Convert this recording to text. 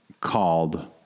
called